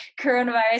coronavirus